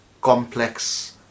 complex